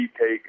take